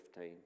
15